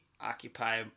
occupy